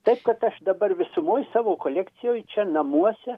taip kad aš dabar visumoj savo kolekcijoj čia namuose